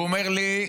והוא אומר לי,